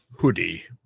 hoodie